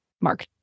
Mark